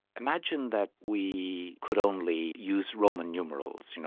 imagine that we could only use roman numerals, you know,